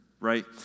right